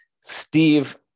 Steve